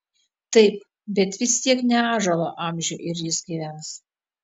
taip bet vis tiek ne ąžuolo amžių ir jis gyvens